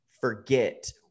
forget